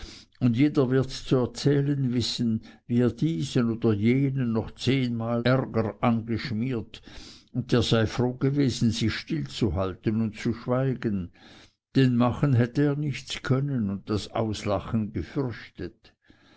und jeder wird zu er zählen wissen wie er diesen oder jenen noch zehnmal ärger angeschmiert und der sei froh gewesen sich stillzuhalten und zu schweigen denn machen hätte er nichts können und das auslachen gefürchtet